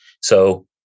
So-